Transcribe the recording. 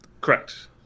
Correct